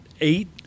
eight